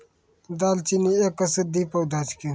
दालचीनी एक औषधीय पौधा छिकै